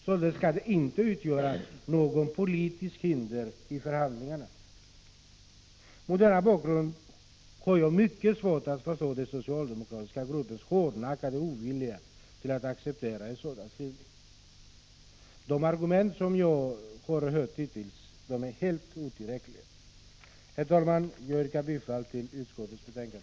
Således kan det inte utgöra något politiskt hinder i förhandlingarna. Mot denna bakgrund har jag mycket svårt att förstå den socialdemokratiska gruppens hårdnackade ovilja att acceptera en sådan skrivning. De argument som jag har hört hittills är helt otillräckliga. Herr talman! Jag yrkar bifall till utskottets hemställan.